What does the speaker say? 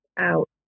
out